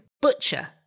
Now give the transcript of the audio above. Butcher